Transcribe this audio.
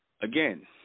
again